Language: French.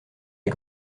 est